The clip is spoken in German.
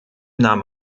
nahm